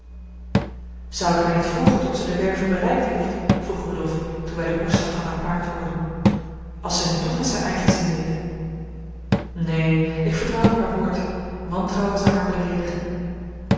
zou ik haar niet volgen tot zij de werve bereikt heeft vroeg rudolf toen wij den hoefslag van haar paard hoorden als zij nu toch eens haar eigen zin deed neen ik vertrouw op haar woord wantrouwen zou haar beleedigen